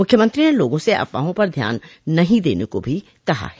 मुख्यमंत्री ने लोगों से अफवाहों पर ध्यान नहीं देने को भी कहा है